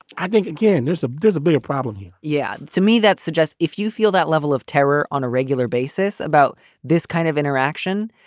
i think, again, there's a there's a bigger problem here. yeah. to me that suggests if you feel that level of terror on a regular basis about this kind of interaction,